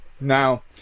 Now